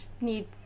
need